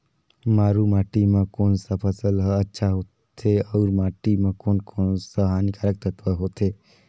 मारू माटी मां कोन सा फसल ह अच्छा होथे अउर माटी म कोन कोन स हानिकारक तत्व होथे?